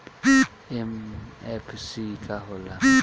MFC का होला?